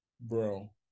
Bro